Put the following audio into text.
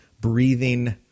breathing